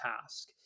task